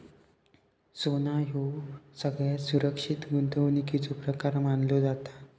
सोना ह्यो सगळ्यात सुरक्षित गुंतवणुकीचो प्रकार मानलो जाता